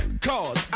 cause